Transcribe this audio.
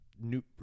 new